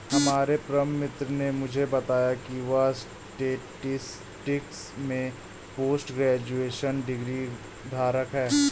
हमारे परम मित्र ने मुझे बताया की वह स्टेटिस्टिक्स में पोस्ट ग्रेजुएशन डिग्री धारक है